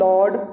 Lord